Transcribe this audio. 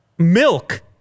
Milk